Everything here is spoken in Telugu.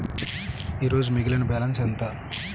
ఈరోజు మిగిలిన బ్యాలెన్స్ ఎంత?